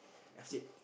I said